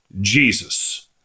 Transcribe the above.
Jesus